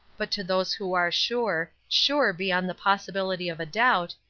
but to those who are sure, sure beyond the possibility of a doubt,